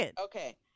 okay